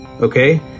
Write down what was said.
Okay